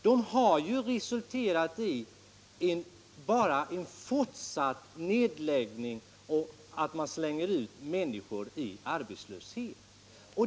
De har ju bara resulterat i en fortsatt nedläggning och i att människor kastats ut i arbetslöshet.